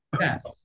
yes